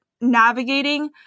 navigating